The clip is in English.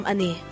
Ani